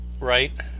right